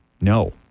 No